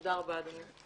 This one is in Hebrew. תודה רבה אדוני.